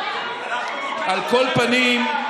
על כל פנים,